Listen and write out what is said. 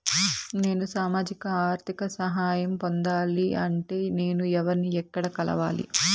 నేను సామాజిక ఆర్థిక సహాయం పొందాలి అంటే నేను ఎవర్ని ఎక్కడ కలవాలి?